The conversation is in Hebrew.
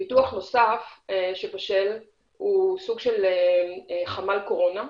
פיתוח נוסף שבשל הוא סוג של חמ"ל קורונה,